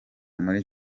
muri